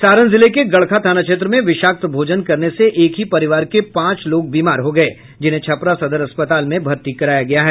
सारण जिले के गड़खा थाना क्षेत्र में विषाक्त भोजन करने से एक ही परिवार के पांच लोग बीमार हो गये जिन्हें छपरा सदर अस्पताल में भर्ती कराया गया है